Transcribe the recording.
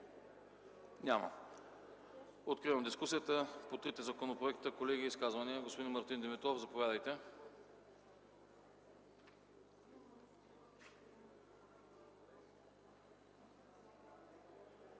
Няма. Откривам дискусията по трите законопроекта. Колеги, има ли изказвания? Господин Мартин Димитров, заповядайте.